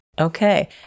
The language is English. Okay